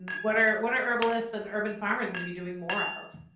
what are what are herbalists and urban farmers going to be doing more of?